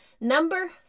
Number